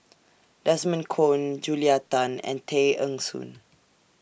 Desmond Kon Julia Tan and Tay Eng Soon